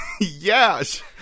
Yes